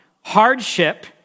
hardship